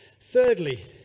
Thirdly